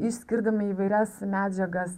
išskirdami įvairias medžiagas